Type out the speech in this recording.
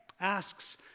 asks